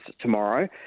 tomorrow